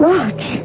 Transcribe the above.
Watch